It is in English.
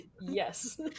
Yes